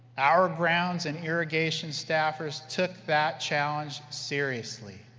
our grounds and irrigation staffers took that challenge seriously.